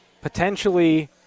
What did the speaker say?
Potentially